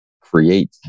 create